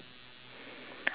I need to pee